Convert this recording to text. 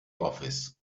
office